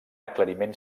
aclariment